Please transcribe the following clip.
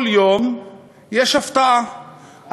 כל יום יש הפתעה,